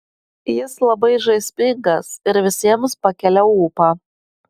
jis labai žaismingas ir visiems pakelia ūpą